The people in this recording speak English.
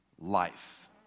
Life